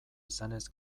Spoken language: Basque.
izanez